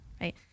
right